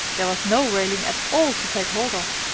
there was no railing at all to take hold of,